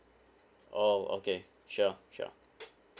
oh okay sure sure